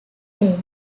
day